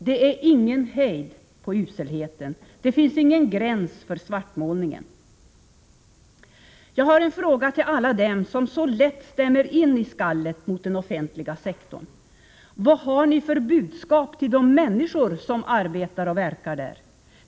Det är ingen hejd på uselheten. Det finns ingen gräns för svartmålningen. Jag har en fråga till alla dem som så lätt stämmer in i skallet mot den offentliga sektorn: Vad har ni för budskap till de människor som arbetar och verkar där?